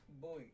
boy